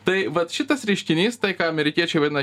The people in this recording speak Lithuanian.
tai vat šitas reiškinys tai ką amerikiečiai vadina